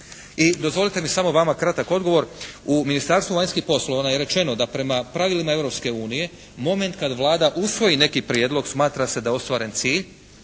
I dozvolite mi samo vama kratak odgovor. U Ministarstvu vanjskih poslova nam je rečeno da prema pravilima Europske unije moment kada Vlada usvoji neki prijedlog, smatra se da je ostvaren cilj